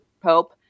Pope